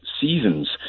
seasons